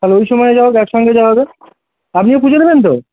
তাহলে ওই সময় যাওয়া একসঙ্গে যাওয়া হবে আপনিও পুজো দেবেন তো